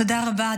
תודה רבה.